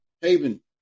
Haven